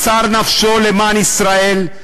מסר נפשו למען ישראל,